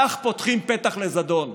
כך פותחים פתח לזדון.